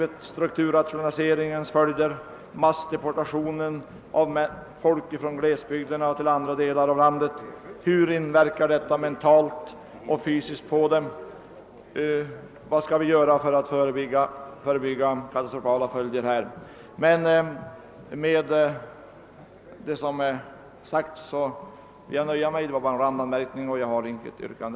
Dessa kan gälla strukturrationaliseringens följder, massdeportationen av folk från glesbygder till andra delar av landet. Hur inverkar allt detta mentalt och fysiskt på dem? Vad skall vi göra för att förebygga katastrofala följder? Detta var bara en randanmärkning, men jag nöjer mig med dessa ord. Jag har, herr talman, inget yrkande.